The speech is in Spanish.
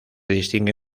distingue